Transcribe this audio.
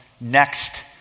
next